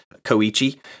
Koichi